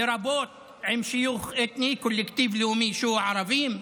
לרבות עם שיוך אתני, קולקטיב לאומי שהוא הערבים.